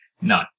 No